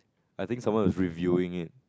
I think someone was reviewing it